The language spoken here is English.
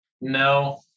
No